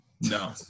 No